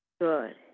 Good